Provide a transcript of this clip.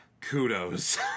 Kudos